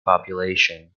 population